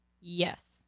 Yes